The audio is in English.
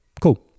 Cool